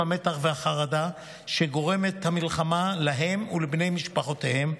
המתח והחרדה שהמלחמה גורמת להם ולבני משפחותיהם.